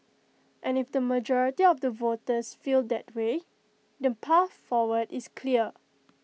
and if the majority of the voters feel that way the path forward is clear